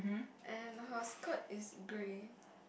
and her skirt is grey